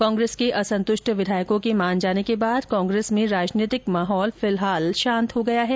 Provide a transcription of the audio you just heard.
कांग्रेस के असंतुष्ट विधायकों के मान जाने के बाद कांग्रेस में राजनैतिक माहोल फिलहाल शांत हो गया है